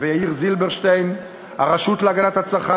אני כבר אומר לך שבשנה הבאה יהיה הרבה יותר רע,